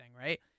right